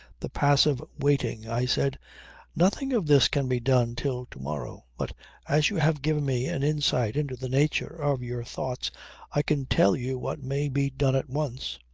the passive waiting, i said nothing of this can be done till to-morrow. but as you have given me an insight into the nature of your thoughts i can tell you what may be done at once.